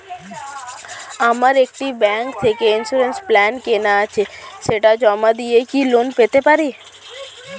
আমার একটি ব্যাংক থেকে ইন্সুরেন্স প্ল্যান কেনা আছে সেটা জমা দিয়ে কি লোন পেতে পারি?